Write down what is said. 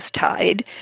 tied